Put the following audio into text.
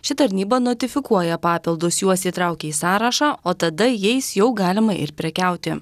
ši tarnyba notifikuoja papildus juos įtraukia į sąrašą o tada jais jau galima ir prekiauti